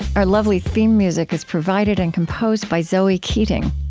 our lovely theme music is provided and composed by zoe keating.